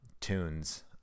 tunes